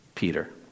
Peter